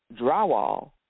drywall